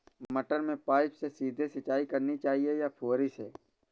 मटर में पाइप से सीधे सिंचाई करनी चाहिए या फुहरी से?